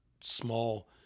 small